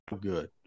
Good